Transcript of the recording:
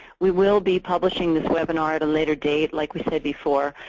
we will be publishing this webinar at a later date, like we said before.